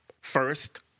first